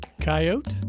Coyote